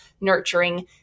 nurturing